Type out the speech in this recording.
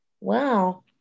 Wow